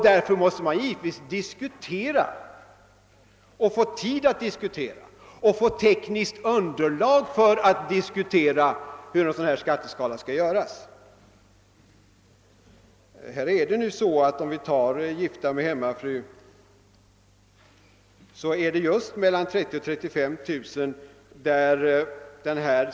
Därför måste man givetvis diskutera, få tid att diskutera och få tekniskt underlag för att diskutera hur en skatteskala skall göras. Nu är det så för t.ex. gifta med hemmafru att marginalskatten just mellan 30 000 och 35000 kr.